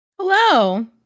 Hello